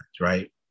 right